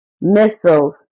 missiles